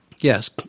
yes